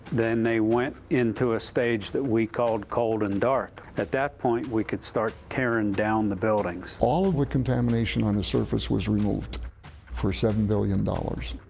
then they went into a stage that we called cold and dark. at that point, we could start tearing down the buildings. all of the contamination on the surface was removed for seven billion dollars.